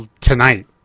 tonight